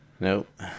Nope